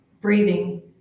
breathing